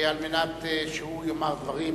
עמיר פרץ על מנת שיאמר דברים